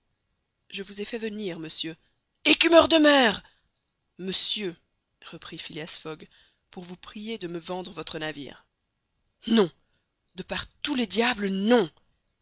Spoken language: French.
je vous ai fait venir monsieur écumeur de mer monsieur reprit phileas fogg pour vous prier de me vendre votre navire non de par tous les diables non